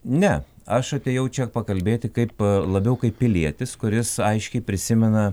ne aš atėjau čia pakalbėti kaip labiau kaip pilietis kuris aiškiai prisimena